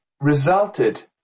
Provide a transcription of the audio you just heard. resulted